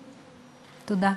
תודה.